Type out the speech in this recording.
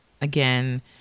again